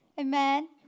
Amen